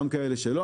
גם כאלה שלא,